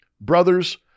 Brothers